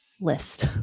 list